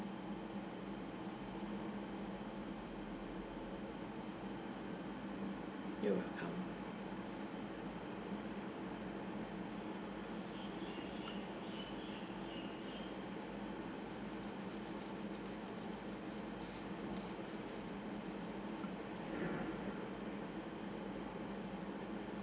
you are welcome